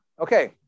okay